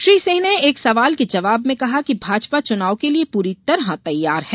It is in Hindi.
श्री सिंह ने एक सवाल के जवाब में कहा कि भाजपा चुनाव के लिये पूरी तरह तैयार है